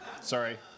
Sorry